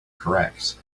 correct